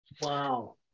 Wow